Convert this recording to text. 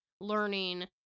learning